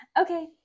okay